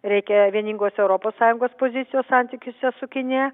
reikia vieningos europos sąjungos pozicijos santykiuose su kinija